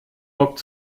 bock